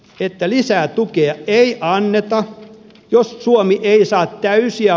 että lisää tukia ei anneta jos suomi ei saa täysiä